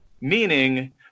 meaning